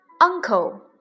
uncle